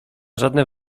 żadne